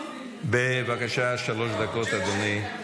בבקשה, שלוש דקות, אדוני.